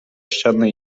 ścianę